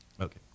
Okay